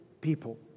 people